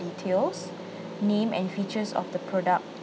details name and features of the product